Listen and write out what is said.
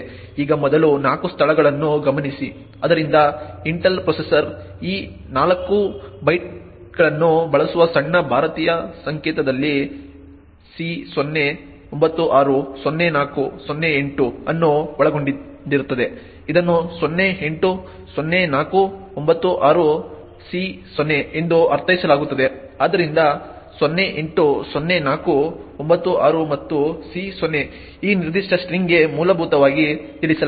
ಈಗ ಮೊದಲ 4 ಸ್ಥಳಗಳನ್ನು ಗಮನಿಸಿ ಆದ್ದರಿಂದ ಇಂಟೆಲ್ ಪ್ರೊಸೆಸರ್ ಈ 4 ಬೈಟ್ಗಳನ್ನು ಬಳಸುವ ಸಣ್ಣ ಭಾರತೀಯ ಸಂಕೇತದಲ್ಲಿ C0 96 04 08 ಅನ್ನು ಒಳಗೊಂಡಿರುತ್ತದೆ ಇದನ್ನು 08 04 96 C0 ಎಂದು ಅರ್ಥೈಸಲಾಗುತ್ತದೆ ಆದ್ದರಿಂದ 08 04 96 ಮತ್ತು C0 ಈ ನಿರ್ದಿಷ್ಟ ಸ್ಟ್ರಿಂಗ್ಗೆ ಮೂಲಭೂತವಾಗಿ ತಿಳಿಸಲಾಗಿದೆ